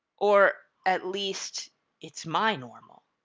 or at least it's my normal.